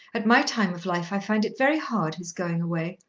at my time of life i find it very hard his going away.